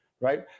Right